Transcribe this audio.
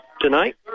tonight